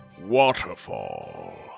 Waterfall